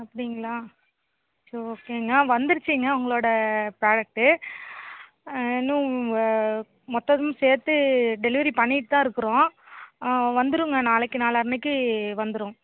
அப்படிங்களா சரி ஓகேங்க வந்துருச்சுங்க உங்களோடய ப்ராடக்ட்டு இன்னும் மற்றதும் சேர்த்து டெலிவரி பண்ணிகிட்டுதான் இருக்கிறோம் வந்துடுங்க நாளைக்கு நாளான்னைக்கு வந்துடும்